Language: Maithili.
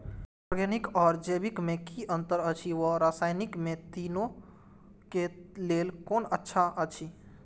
ऑरगेनिक आर जैविक में कि अंतर अछि व रसायनिक में तीनो क लेल कोन अच्छा अछि?